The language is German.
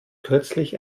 kürzlich